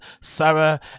Sarah